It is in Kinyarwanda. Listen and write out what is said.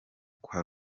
kwa